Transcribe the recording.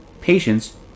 patience